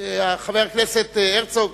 חבר הכנסת הרצוג,